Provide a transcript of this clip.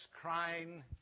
crying